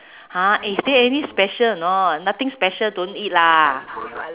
!huh! eh is there any special or not nothing special don't eat lah